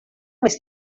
més